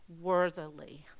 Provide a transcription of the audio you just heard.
worthily